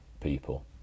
people